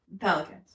Pelicans